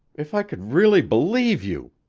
if i could really believe you!